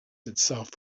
itself